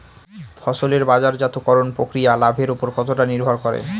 ফসলের বাজারজাত করণ প্রক্রিয়া লাভের উপর কতটা নির্ভর করে?